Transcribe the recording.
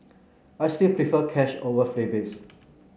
I still prefer cash over freebies